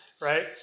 right